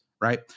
right